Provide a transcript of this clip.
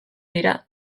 dira